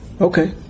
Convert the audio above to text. okay